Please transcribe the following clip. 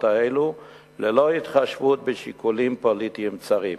האלה ללא התחשבות בשיקולים פוליטיים צרים.